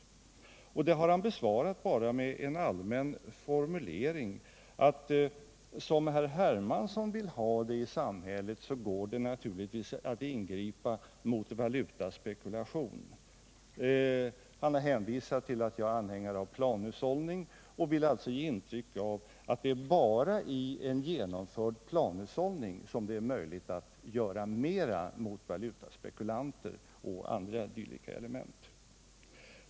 Den frågan har herr Bohman besvarat bara med en allmän formulering som gick ut på ungefär följande: Som herr Hermansson vill ha det i samhället, så går det naturligtvis att ingripa mot valutaspekulation. Ekonomiministern hänvisade därvid till att jag är anhängare av planhushållning och ville ge intryck av att det är bara i en genomförd planhushållning som det är möjligt att göra mera mot valutaspekulanter och andra dylika element.